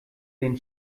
den